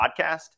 podcast